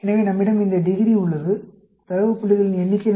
எனவே நம்மிடம் இந்த டிகிரி உள்ளது தரவு புள்ளிகளின் எண்ணிக்கை